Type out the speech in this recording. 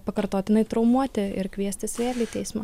pakartotinai traumuoti ir kviestis į teismą